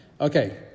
Okay